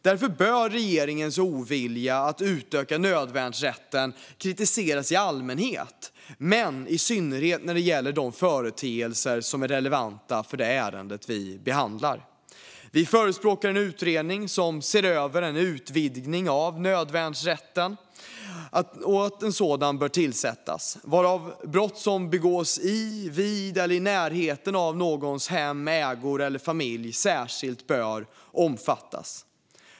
Därför bör regeringens ovilja att utöka nödvärnsrätten kritiseras i allmänhet men i synnerhet när det gäller de företeelser som är relevanta för det ärende som vi behandlar. Vi förespråkar en utredning som ser över en utvidgning av nödvärnsrätten. En sådan utredning bör tillsättas. Brott som begås i, vid eller i närheten av någons hem, ägor eller familj bör särskilt omfattas.